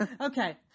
Okay